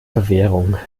bewährung